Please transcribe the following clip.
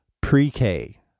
Pre-K